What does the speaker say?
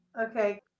okay